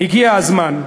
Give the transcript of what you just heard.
הגיע הזמן.